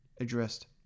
addressed